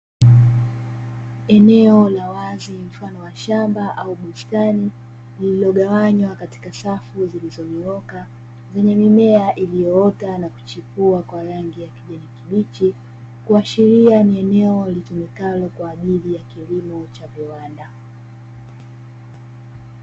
Eneo la wazi mfano wa shamba au bustani lililogawanywa katika safu zilizonyooka, zenye mimea iliyoota na kuchipua kwa rangi ya kijani kibichi, kuashiria ni eneo litumikalo kwa ajili ya kilimo cha viwanda.